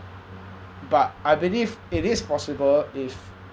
but I believe it is possible if